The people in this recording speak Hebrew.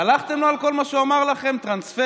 סלחתם לו על כל מה שהוא אמר לכם: טרנספר,